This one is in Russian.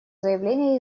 заявление